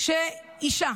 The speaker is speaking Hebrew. שאישה